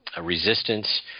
resistance